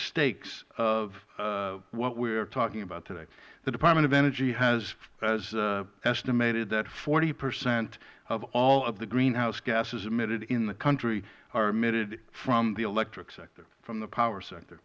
stakes of what we are talking about today the department of energy has estimated that forty percent of all of the greenhouse gases emitted in the country are emitted from the electric sector from the power sector